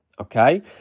okay